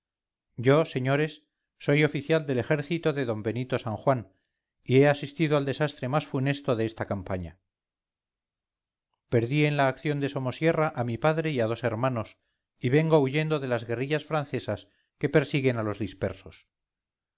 yo señores soy oficial del ejército de d benito san juan y he asistido al desastre más funesto de esta campaña perdí en laacción de somosierra a mi padre y a dos hermanos y vengo huyendo de las guerrillas francesas que persiguen a los dispersos